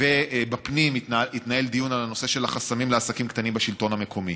ובפנים התנהל דיון על הנושא של החסמים לעסקים קטנים בשלטון המקומי.